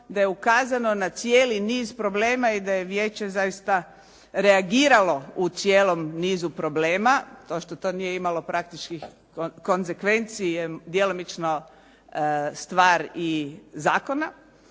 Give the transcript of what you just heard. da je ukazano na cijeli niz problema i da je vijeće zaista reagiralo u cijelom nizu problema. To što to nije imalo praktičkih konzekvencija, jel' djelomično je i stvar zakona.